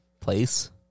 place